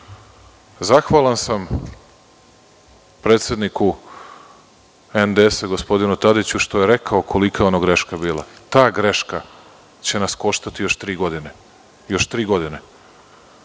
zahvalan sam predsedniku NDS, gospodinu Tadiću, što je rekao kolika je ono greška bila. Ta greška će nas koštati još tri godine. Ko je kriv?